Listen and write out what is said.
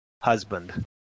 husband